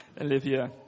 Olivia